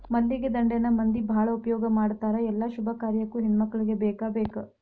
ಮಲ್ಲಿಗೆ ದಂಡೆನ ಮಂದಿ ಬಾಳ ಉಪಯೋಗ ಮಾಡತಾರ ಎಲ್ಲಾ ಶುಭ ಕಾರ್ಯಕ್ಕು ಹೆಣ್ಮಕ್ಕಳಿಗೆ ಬೇಕಬೇಕ